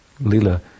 Lila